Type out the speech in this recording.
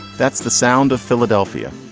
that's the sound of philadelphia.